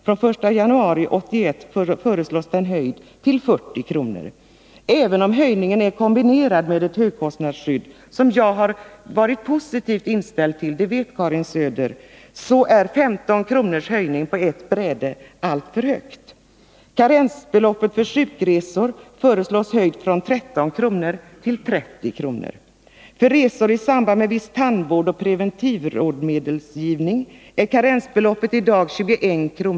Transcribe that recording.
Från den 1 januari 1981 föreslås den höjd till 40 kr. Även om höjningen är kombinerad med ett högkostnadsskydd — vilket jag har varit positivt inställd till, och det vet Karin Söder — är en höjning på ett bräde med 15 kr. alltför mycket. Karensbeloppet för sjukresor föreslås höjt från 13 kr. till 30 kr. För resor i samband med viss tandvård och preventivmedelsrådgivning är karensbeloppet i dag 21 kr.